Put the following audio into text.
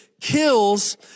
kills